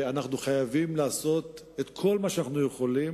אנחנו חייבים לעשות את כל מה שאנחנו יכולים